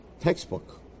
textbook